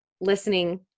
listening